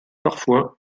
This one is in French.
parfois